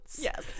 Yes